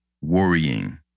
worrying